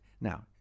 Now